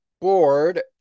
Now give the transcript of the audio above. board